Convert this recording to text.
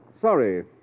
Sorry